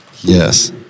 Yes